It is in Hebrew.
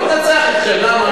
לא מתנצח אתכם.